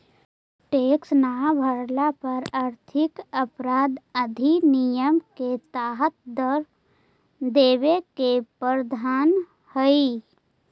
tax न भरला पर आर्थिक अपराध अधिनियम के तहत दंड देवे के प्रावधान हई